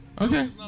Okay